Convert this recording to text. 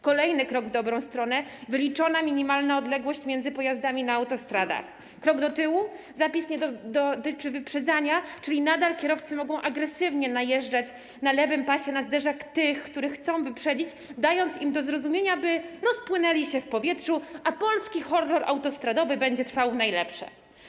Kolejny krok w dobrą stronę: wyliczona minimalna odległość między pojazdami na autostradach, krok do tyłu, bo ten zapis nie dotyczy wyprzedzania, czyli kierowcy nadal mogą agresywnie najeżdżać na lewym pasie na zderzak tych, których chcą wyprzedzić, dając im do zrozumienia, że chcą, by ci rozpłynęli się w powietrzu, a polski horror autostradowy będzie trwał w najlepsze.